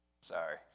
Sorry